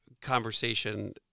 conversation